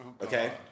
Okay